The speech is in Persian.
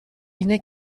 اینه